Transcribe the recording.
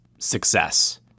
success